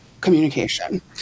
communication